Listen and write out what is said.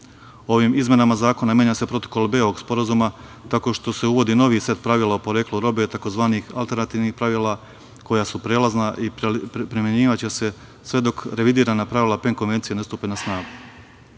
Ovim izmenama zakona menja se protokol B ovog sporazuma tako što se uvodi novi set pravila o poreklu robe tzv. alterantivnih pravila koja su prelazna i primenjivaće se sve dok revidirana pravila PEN konvencije ne stupe na